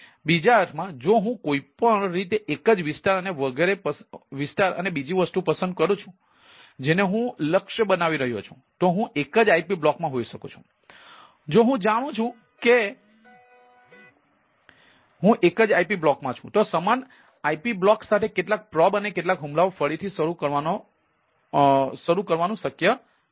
બીજા અર્થમાં જો હું કોઈ પણ રીતે એક જ વિસ્તાર અને વગેરે પસંદ કરું છું જેને હું લક્ષ્ય બનાવી રહ્યો છું તો હું એક જ IP બ્લોક અને કેટલાક હુમલાઓ ફરીથી શરૂ કરવાનું શક્ય છે